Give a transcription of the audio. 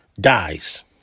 dies